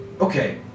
Okay